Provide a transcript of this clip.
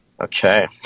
Okay